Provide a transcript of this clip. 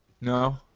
No